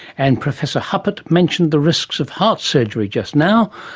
and professor huppert mentioned the risks of heart surgery just now,